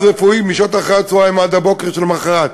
רפואי משעות אחרי-הצהריים עד הבוקר שלמחרת.